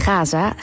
Gaza